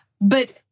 but-